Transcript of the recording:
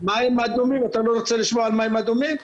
אתה לא רוצה לשמוע על מים אדומים?